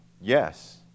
yes